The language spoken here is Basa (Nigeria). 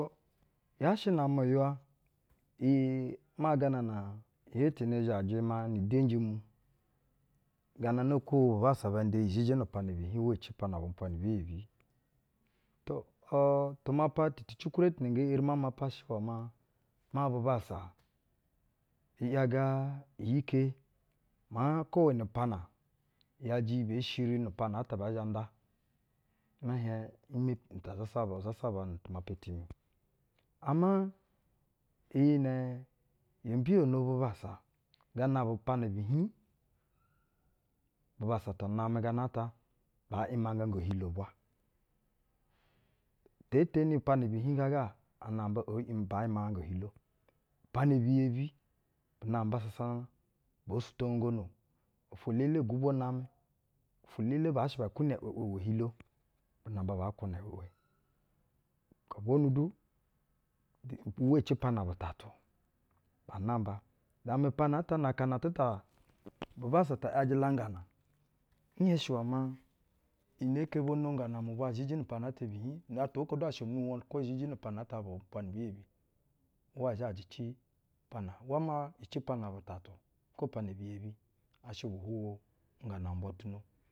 yaa shɛ na-amɛ uywa, ii maa gana na ihetene zhejɛ maa nu-udenji mu. Ganana kuↄ bubassa ban da-iyi zhiji nu upiana bihiↄ uwa ci upiana bu-umpwa ni bɛ-iyebii? To, u tumapa tikikure tuna nge eri ma mapo shɛ iwɛ maa, maa bubassa ‘yage iyi-ike maa kwo weni piana ‘yajɛ iyi bee shiri nu upiana at bɛɛ zhɛ nda, mɛ hiɛŋ, nme, ita, zasaba, izasaba na tumapa timi’o. Ama iyi nɛ yo mhiymo bubassa, gana bu piana bi hiiŋ, ga anamba oo um, baa ‘imanganga ehilo-ubwa. Upiana bi yebi bu namba sasana boo sutongono ofwo-elele ugwubo namɛ, ofwo-elele baa shɛ ba kwuno i’wɛ’wɛ, bu namba baa kwuna i’wɛ’wɛ. Gobonu du uwa-ici upiana bu tatu baa namba, na amɛ upiana ata na aka atɛ ta, bubasa ta ‘yajɛ laↄngana mu bwo izhiji nu-upiana ata bi hiiↄ atwa oko du asha onuwo okwo zhiji nu upiana ata bu umpwani bɛ yebi-uwa zhajɛ upiana, uwa maa ici upiana upiana bu tatu kwo upiana bu yebi asha bu hwuwo ŋngana mu bwa tuno.